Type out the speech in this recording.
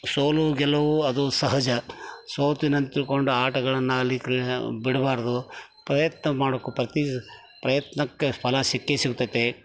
ಸೋಲು ಗೆಲವು ಅದು ಸಹಜ ಸೋತಿನಿ ಅಂತ ತಿಳ್ಕೊಂಡು ಆಟಗಳನ್ನು ಆಗಲಿ ಬಿಡಬಾರ್ದು ಪ್ರಯತ್ನ ಮಾಡಬೇಕು ಪ್ರತಿ ಪ್ರಯತ್ನಕ್ಕೆ ಫಲ ಸಿಕ್ಕೇ ಸಿಗುತದೆ